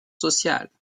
sociales